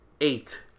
Eight